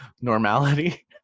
normality